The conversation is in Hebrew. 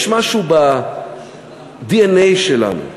יש משהו בדנ"א שלנו,